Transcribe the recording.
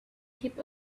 heap